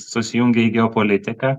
susijungia į geopolitiką